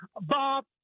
Bob